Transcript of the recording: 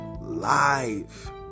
live